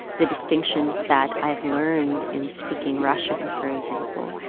the distinctions that i've learned in speaking russian, for example,